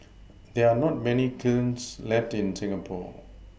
there are not many kilns left in Singapore